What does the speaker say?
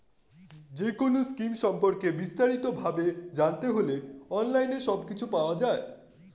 যেকোনো স্কিম সম্পর্কে বিস্তারিত ভাবে জানতে হলে অনলাইনে সবকিছু পাওয়া যায়